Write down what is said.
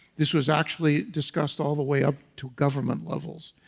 this was actually discussed all the way up to government levels,